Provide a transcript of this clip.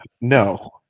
No